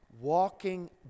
Walking